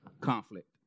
Conflict